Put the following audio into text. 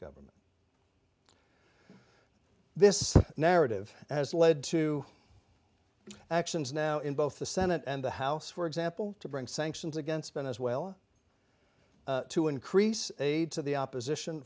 government this narrative has led to actions now in both the senate and the house for example to bring sanctions against venezuela to increase aid to the opposition